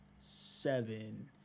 Seven